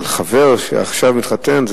אבל חבר שעכשיו מתחתן,